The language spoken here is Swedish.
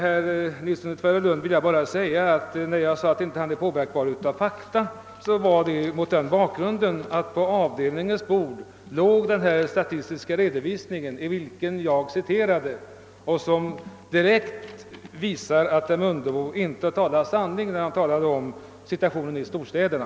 När jag sade att herr Nilsson i Tvärålund inte påverkas av fakta gjorde jag det mot bakgrunden av att på avdelningens bord låg den statistiska redovisning ur vilken jag citerade och som direkt visar att herr Mundebo inte talade sanning när han yttrade sig om situationen i storstäderna.